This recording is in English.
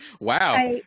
Wow